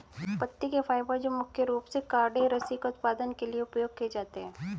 पत्ती के फाइबर जो मुख्य रूप से कॉर्डेज रस्सी का उत्पादन के लिए उपयोग किए जाते हैं